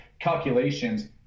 calculations